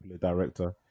director